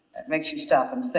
that makes you stop um so